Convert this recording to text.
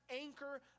anchor